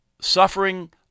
suffering